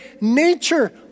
nature